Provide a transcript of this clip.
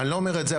אני לא אומר את זה,